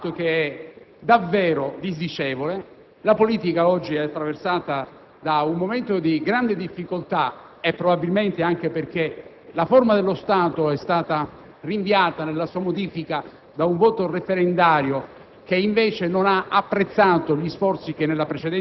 sull'aereo blu suo cugino. È un fatto davvero disdicevole. La politica oggi è attraversata da un momento di grande difficoltà, probabilmente anche perché la modifica della forma dello Stato è stata rinviata da un voto referendario